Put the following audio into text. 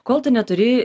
kol tu neturi